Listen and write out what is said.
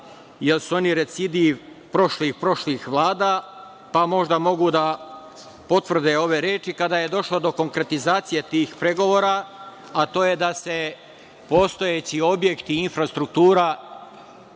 jer su oni recidiv prošlih, prošlih Vlada, pa možda mogu da potvrde ove reči kada je došlo do konkretizacije tih pregovora, a to je da se postojeći objekti i infrastruktura